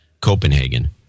Copenhagen